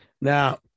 Now